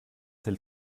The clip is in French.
tel